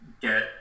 get